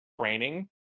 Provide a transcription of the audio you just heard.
training